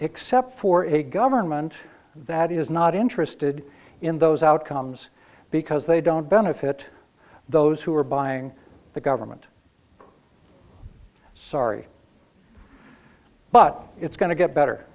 except for a government that is not interested in those outcomes because they don't benefit those who are buying the government sorry but it's going to get better